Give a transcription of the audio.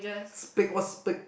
speak what speak